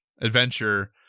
adventure